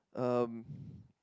um